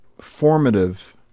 formative